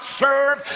serve